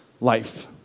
life